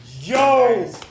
Yo